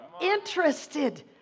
Interested